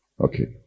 Okay